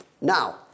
Now